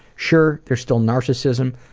sure, there's still narcissism,